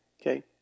Okay